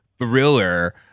thriller